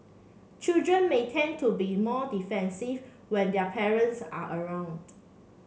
children may tend to be more defensive when their parents are around